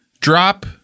drop